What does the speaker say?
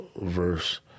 verse